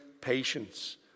patience